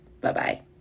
Bye-bye